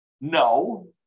no